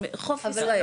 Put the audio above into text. חוף ישראל.